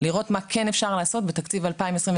לראות מה אפשר לעשות בתקציב 2023,